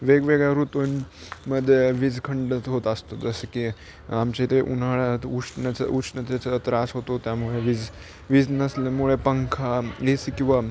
वेगवेगळ्या ऋतूंमध्ये वीज खंडित होत असतो जसं की आमच्या इथे उन्हाळ्यात उष्णच उष्णतेचा त्रास होतो त्यामुळे वीज वीज नसल्यामुळे पंखा ए सी किंवा